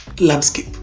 landscape